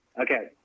Okay